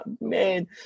Man